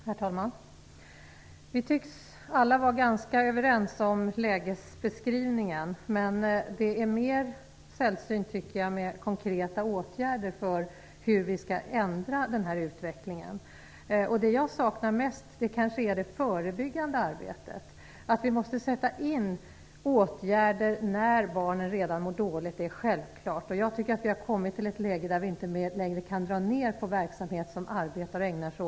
Herr talman! Vi tycks alla vara ganska överens om lägesbeskrivningen. Men däremot tycker jag att det är mer sällsynt med konkreta åtgärder för hur vi skall ändra utvecklingen. Det som jag kanske saknar mest är det förebyggande arbetet. Att vi måste sätta in åtgärder när barnen redan börjat må dåligt är självklart. Vi har kommit till ett läge där vi inte längre kan dra ned på verksamhet som arbetar med utsatta barn.